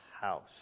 house